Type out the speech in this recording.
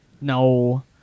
No